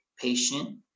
patient